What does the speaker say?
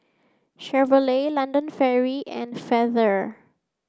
Chevrolet London and Feather